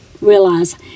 realize